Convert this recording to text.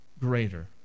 greater